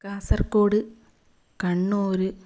Kasaragod Kannur